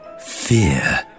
fear